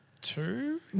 Two